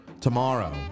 tomorrow